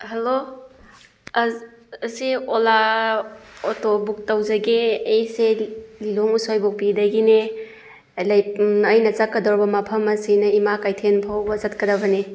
hello ꯑꯁꯤ Ola auto book ꯇꯧꯖꯒꯦ ꯑꯩꯁꯦ ꯂꯤꯂꯣꯡ ꯎꯁꯣꯏꯄꯣꯛꯄꯤꯗꯒꯤꯅꯦ ꯑꯩꯅ ꯆꯠꯀꯗꯧꯔꯤꯕ ꯃꯐꯝ ꯑꯁꯤꯅ ꯏꯃꯥ ꯀꯩꯊꯦꯜ ꯐꯥꯎꯕ ꯆꯠꯀꯗꯕꯅꯤ